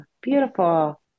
Beautiful